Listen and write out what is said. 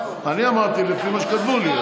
אני אמרתי לפי מה שכתבו לי.